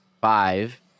five